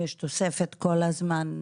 יש תוספת כל הזמן,